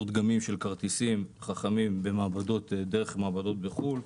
דגמים של כרטיסים חכמים דרך מעבדות בחו"ל,